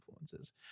influences